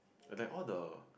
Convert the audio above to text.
they have all the